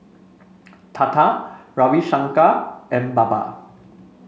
Tata Ravi Shankar and Baba